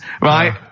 right